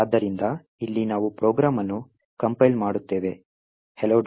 ಆದ್ದರಿಂದ ಇಲ್ಲಿ ನಾವು ಪ್ರೋಗ್ರಾಂ ಅನ್ನು ಕಂಪೈಲ್ ಮಾಡುತ್ತೇವೆ hello